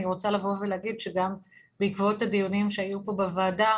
אני רוצה להגיד שגם בעקבות הדיונים שהיו פה בוועדה